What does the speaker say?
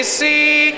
see